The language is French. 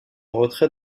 retrait